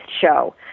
show